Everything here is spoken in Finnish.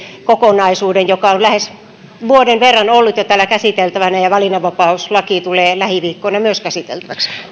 kokonaisuuden joka on jo lähes vuoden verran ollut täällä käsiteltävänä ja ja myös valinnanvapauslaki tulee lähiviikkoina käsiteltäväksi